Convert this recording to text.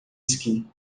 esqui